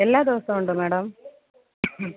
എല്ലാ ദിവസവും ഉണ്ട് മാഡം